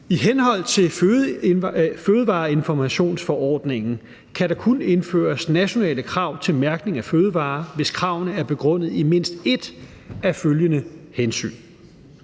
I henhold til fødevareinformationsforordningen kan der kun indføres nationale krav til mærkning af fødevarer, hvis kravene er begrundet i mindst et af følgende hensyn: